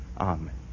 Amen